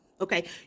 okay